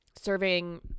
serving